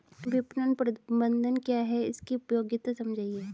विपणन प्रबंधन क्या है इसकी उपयोगिता समझाइए?